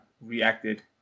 reacted